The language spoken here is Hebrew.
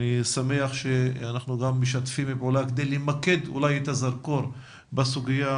אני שמח שאנחנו משתפים פעולה כדי למקד את הזרקור בסוגיית